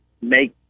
make